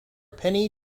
penny